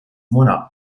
mona